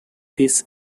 this